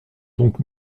donc